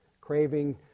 craving